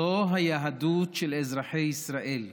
זו היהדות של אזרחי ישראל.